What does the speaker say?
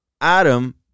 Adam